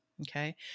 Okay